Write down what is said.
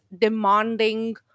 demanding